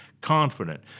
confident